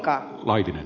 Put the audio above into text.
herra puhemies